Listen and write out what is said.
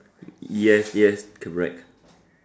yes yes correct